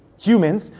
humans,